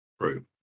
True